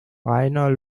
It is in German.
reiner